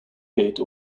gate